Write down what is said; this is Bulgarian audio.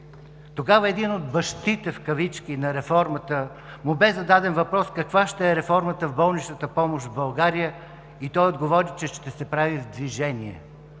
Тогава на един от „бащите“ на реформата му бе зададен въпрос каква ще е реформата в болничната помощ в България и той отговори, че ще се прави в движение.